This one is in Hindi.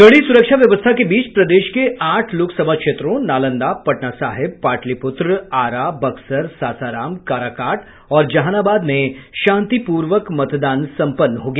कड़ी सुरक्षा व्यवस्था के बीच प्रदेश के आठ लोकसभा क्षेत्रों नालंदा पटना साहिब पाटलिपुत्र आरा बक्सर सासाराम काराकाट और जहानाबाद में शांतिपूर्वक मतदान सम्पन्न हो गया